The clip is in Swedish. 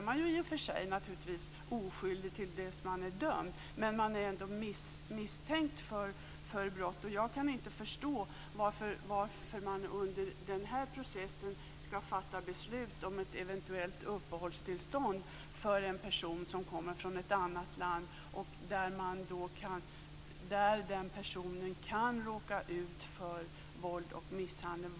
Man är i och för sig oskyldig till dess man är dömd, men man kan ändå vara misstänkt för brott. Jag kan inte förstå varför det under den här processen ska fattas beslut om ett eventuellt uppehållstillstånd för en person som kommer från ett annat land där personen kan råka ut för våld och misshandel.